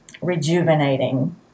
rejuvenating